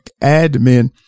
admin